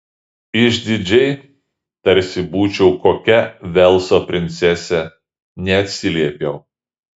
išdidžiai tarsi būčiau kokia velso princesė neatsiliepiau